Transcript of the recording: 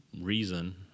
reason